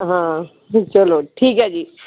ਹਾਂ ਚੱਲੋ ਠੀਕ ਹੈ ਜੀ